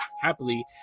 Happily